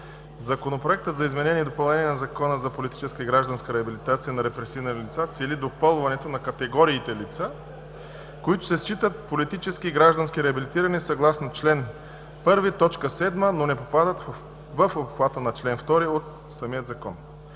Законопроектът за изменение и допълнение на Закона за политическа и гражданска реабилитация на репресирани лица цели допълване на категориите лица, които се считат политически и граждански реабилитирани, съгласно чл. 1, т. 7, но не попадат в обхвата на чл. 2 от самия Закон.